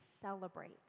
celebrate